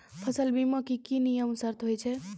फसल बीमा के की नियम सर्त होय छै?